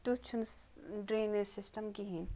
تٮُ۪تھ چھُنہٕ drainage system کِہیٖنٛۍ